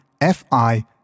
F-I